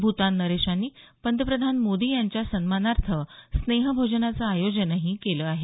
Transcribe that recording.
भूतान नरेशांनी पंतप्रधान मोदी यांच्या सन्मानार्थ स्नेहभोजनाचं आयोजनही केलं आहे